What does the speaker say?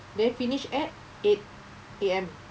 then finish at eight A_M